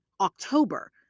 October